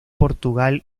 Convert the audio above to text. portugal